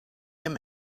him